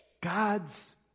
God's